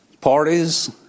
parties